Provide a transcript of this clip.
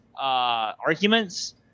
arguments